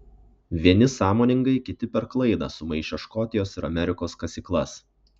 vieni sąmoningai kiti per klaidą sumaišę škotijos ir amerikos kasyklas